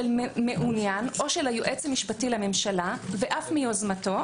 של מעוניין או של היועץ המשפטי לממשלה ואף מיוזמתו,